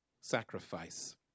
sacrifice